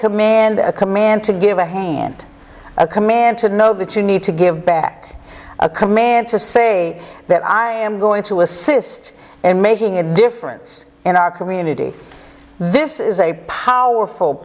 command a command to give a hand a command to know that you need to give back a command to say that i am going to assist and making a difference in our community this is a powerful